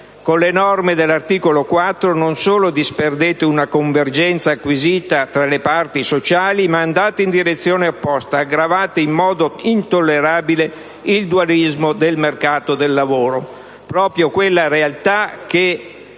Con le norme dell'articolo 4 non solo disperdete una convergenza acquisita tra le parti sociali, ma andate in direzione opposta e aggravate in modo intollerabile il dualismo del mercato del lavoro.